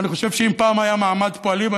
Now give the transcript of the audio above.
אני חושב שאם פעם היה מעמד פועלים,